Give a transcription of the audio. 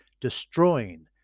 destroying